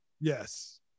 yes